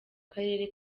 karere